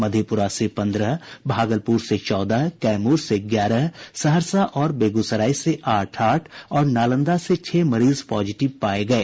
मधेपुरा से पन्द्रह भागलपुर से चौदह कैमूर से ग्यारह सहरसा और बेगूसराय से आठ आठ और नालंदा से छह मरीज पॉजिटिव पाये गये